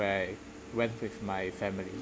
where I went with my family